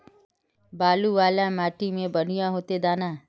बालू वाला माटी में बढ़िया होते दाना?